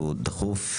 שהוא דחוף,